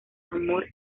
amor